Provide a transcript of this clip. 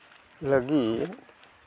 ᱞᱟᱹᱜᱤᱫ